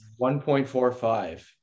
1.45